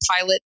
pilot